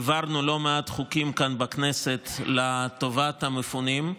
העברנו לא מעט חוקים כאן בכנסת לטובת המפונים.